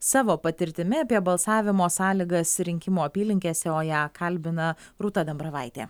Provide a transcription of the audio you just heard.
savo patirtimi apie balsavimo sąlygas rinkimų apylinkėse o ją kalbina rūta dambravaitė